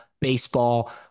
baseball